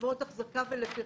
לחברות אחזקה ולפירמידות.